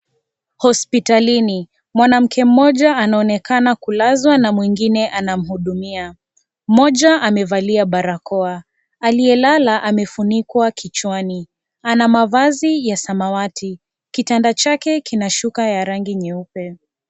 Hospitalini, mwanamke mmoja anaonekana kulazwa na mwingine anamuhudumia, mmoja amevalia barakoa aliyelala amefunikwa kichwani ana mavazi ya samawati kitanda chake kina shuka ya rangi nyeupe.